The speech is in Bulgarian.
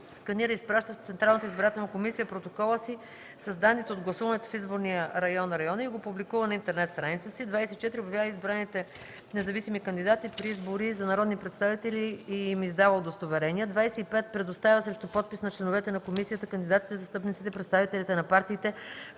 избирателна комисия протокола си с данните от гласуването в изборния район (района) и го публикува на интернет страницата си; 24. обявява избраните независими кандидати при избори за народни представители и им издава удостоверения; 25. предоставя срещу подпис на членовете на комисията, кандидатите, застъпниците, представителите на партиите,